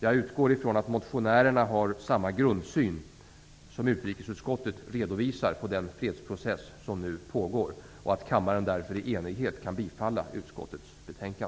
Jag utgår från att motionärerna har samma grundsyn som utrikesutskottet redovisar när det gäller den fredsprocess som nu pågår och att kammaren därför i enighet kan bifalla utskottets hemställan.